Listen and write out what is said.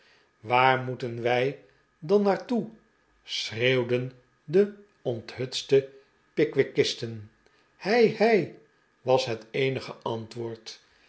waar moeten wij dan naar toe schreeuwden de onthutste pickwickisten rr hei hei heij was het eenige antwoord